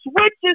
switches